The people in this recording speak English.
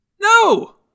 No